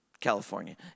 California